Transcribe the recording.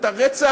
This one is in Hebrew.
את הרצח,